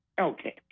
okay